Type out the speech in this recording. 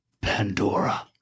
Pandora